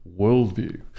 worldview